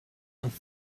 and